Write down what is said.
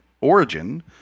origin